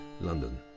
London